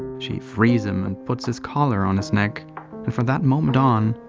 she frees him and puts his collar on his neck and from that moment on,